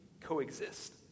coexist